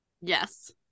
yes